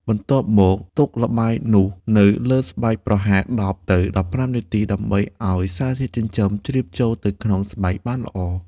បន្ទាប់មកទុកល្បាយនោះនៅលើស្បែកប្រហែល ១០ ទៅ ១៥ នាទី ដើម្បីឱ្យសារធាតុចិញ្ចឹមជ្រាបចូលទៅក្នុងស្បែកបានល្អ។